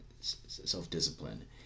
self-discipline